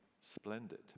splendid